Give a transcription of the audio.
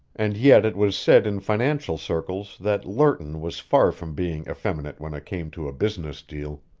and yet it was said in financial circles that lerton was far from being effeminate when it came to a business deal.